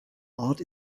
ort